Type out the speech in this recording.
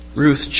Ruth